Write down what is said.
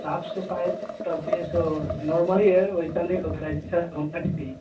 साफ़ सफ़ाई तब भी सो नॉर्मल ही है वैसा नहीं होता जैसा होना चहिए